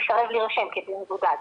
מסרב להירשם כמבודד.